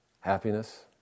happiness